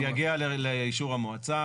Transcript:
יגיע לאישור המועצה.